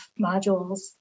modules